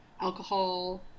alcohol